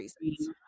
reasons